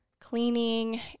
cleaning